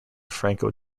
franco